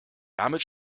damit